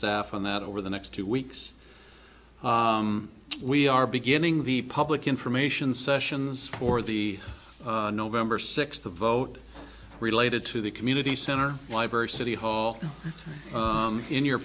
staff on that over the next two weeks we are beginning the public information sessions for the november sixth vote related to the community center library city hall in your